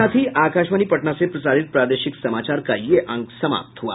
इसके साथ ही आकाशवाणी पटना से प्रसारित प्रादेशिक समाचार का ये अंक समाप्त हुआ